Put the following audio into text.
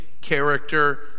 character